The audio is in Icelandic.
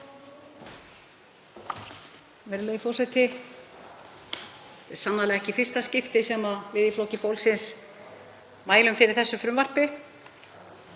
Virðulegi forseti. Þetta er sannarlega ekki í fyrsta skipti sem við í Flokki fólksins mælum fyrir þessu frumvarpi